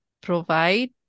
provide